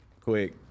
quick